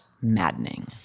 maddening